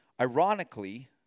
Ironically